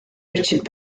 richard